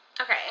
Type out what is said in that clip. Okay